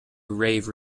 rave